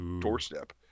doorstep